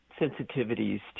sensitivities